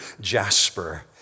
jasper